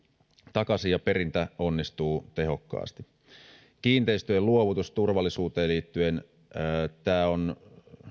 takaisin ja perintä onnistuu tehokkaasti kiinteistöjen luovutusturvallisuuteen liittyen tämä asia on